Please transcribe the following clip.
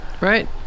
Right